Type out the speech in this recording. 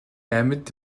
амьд